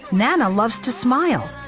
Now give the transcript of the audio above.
nana loves to smile,